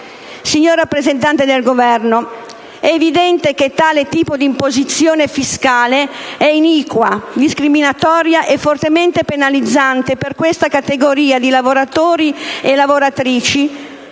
Signor rappresentante del Governo, è evidente che tale tipo di imposizione fiscale è iniqua, discriminatoria e fortemente penalizzante per una categoria di lavoratori e lavoratrici